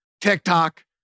TikTok